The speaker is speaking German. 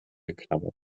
geknabbert